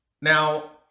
Now